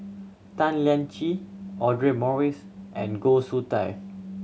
Tan Lian Chye Audra Morrice and Goh Soon Tioe